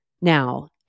now